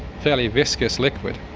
fairly viscous liquid.